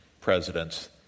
presidents